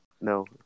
No